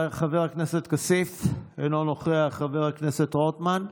חבר הכנסת כסיף, אינו נוכח, חבר הכנסת רוטמן,